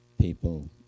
people